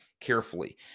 carefully